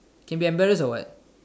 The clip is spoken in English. can be embarrassed or what